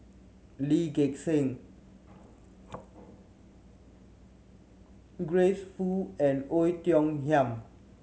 Lee Gek Seng Grace Fu and Oei Tiong Ham